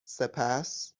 سپس